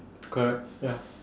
correct ya